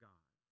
God